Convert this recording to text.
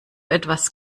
etwas